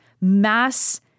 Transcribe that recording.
mass